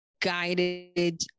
guided